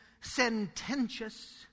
sententious